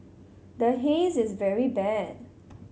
the Haze is very bad